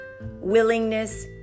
willingness